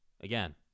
Again